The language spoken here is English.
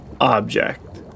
object